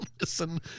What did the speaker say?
Listen